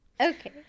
okay